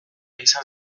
izan